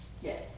Yes